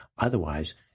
Otherwise